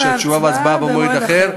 ותשובה והצבעה יהיו במועד אחר.